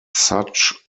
such